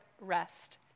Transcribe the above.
rest